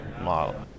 model